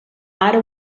ara